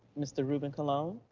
mr. ruben colon.